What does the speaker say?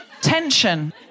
tension